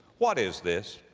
what is this?